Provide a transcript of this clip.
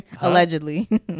allegedly